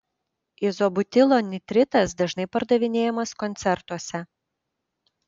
izobutilo nitritas dažnai pardavinėjamas koncertuose